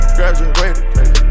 Graduated